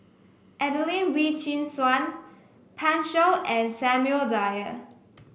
Adelene Wee Chin Suan Pan Shou and Samuel Dyer